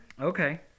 Okay